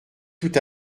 tout